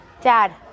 Dad